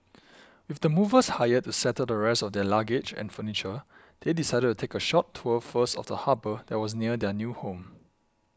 with the movers hired to settle the rest of their luggage and furniture they decided to take a short tour first of the harbour that was near their new home